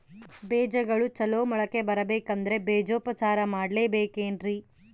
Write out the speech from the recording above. ಬೇಜಗಳು ಚಲೋ ಮೊಳಕೆ ಬರಬೇಕಂದ್ರೆ ಬೇಜೋಪಚಾರ ಮಾಡಲೆಬೇಕೆನ್ರಿ?